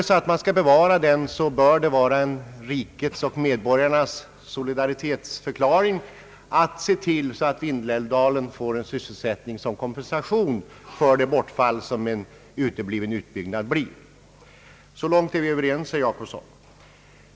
Skall man bevara älven måste medborgarna solidariskt förklara sig beredda att se till att Vindelälvsdalen som kompensation för den uteblivna utbyggnaden får ökade sysselsättningsmöjligheter. Så långt är vi överens, herr Jacobsson.